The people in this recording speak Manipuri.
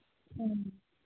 ꯎꯝ